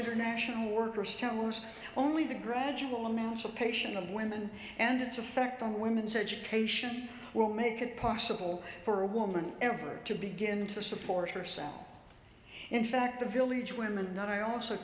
international workers towers only the gradual amounts of patience of women and its effect on women's education will make it possible for a woman ever to begin to support herself in fact the village women i also